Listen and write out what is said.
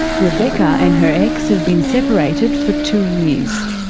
rebecca and her ex have been separated for two years.